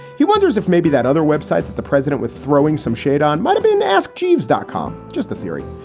he wonders if maybe that other web site that the president with throwing some shade on might have been asked. gm wsj dot com, just a theory.